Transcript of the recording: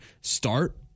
start